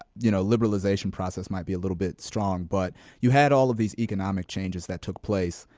you know, liberalisation process might be a little bit strong, but you had all of these economic changes that took place.